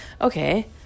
Okay